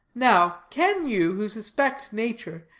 now, can you, who suspect nature,